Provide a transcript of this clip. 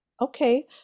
okay